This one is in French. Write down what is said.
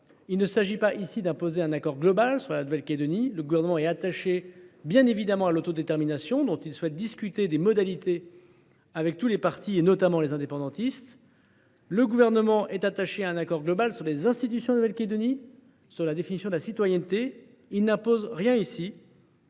Il ne s’agit pas d’imposer un accord global sur la Nouvelle Calédonie. Le Gouvernement est attaché à l’autodétermination, dont il souhaite envisager les modalités avec toutes les parties, y compris les indépendantistes. Il est attaché à un accord global sur les institutions de la Nouvelle Calédonie, sur la définition de la citoyenneté, et il n’impose rien.